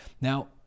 Now